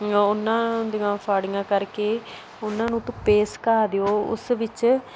ਉਨ੍ਹਾਂ ਦੀਆਂ ਫਾੜੀਆਂ ਕਰਕੇ ਉਨ੍ਹਾਂ ਨੂੰ ਧੁੱਪੇ ਸਕਾ ਦਿਓ ਉਸ ਵਿੱਚ